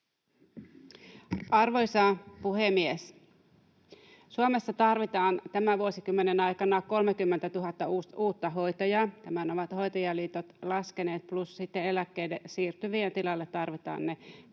Arvoisa puhemies! Suomessa tarvitaan tämän vuosikymmenen aikana 30 000 uutta hoitajaa — tämän ovat hoitajaliitot laskeneet — plus sitten eläkkeelle siirtyvien tilalle tarvitaan ne